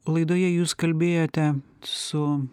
laidoje jūs kalbėjote su